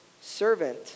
servant